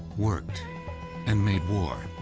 worked and made war,